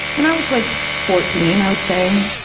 when i was like fourteen, i would say.